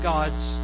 God's